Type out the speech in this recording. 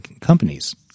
companies